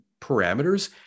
parameters